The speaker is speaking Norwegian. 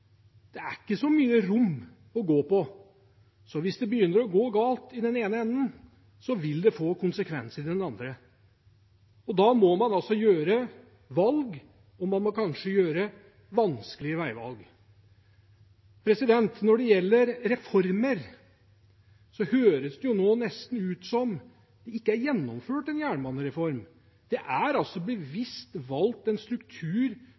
Det er ikke så mye å gå på. Hvis det begynner å gå galt i den ene enden, vil det få konsekvenser i den andre. Da må man altså ta valg, kanskje vanskelige veivalg. Når det gjelder reformer, høres det nå nesten ut som om det ikke er gjennomført en jernbanereform. Det er altså bevisst valgt en struktur